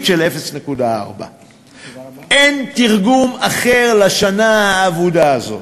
של 0.4%. אין תרגום אחר לשנה האבודה הזאת.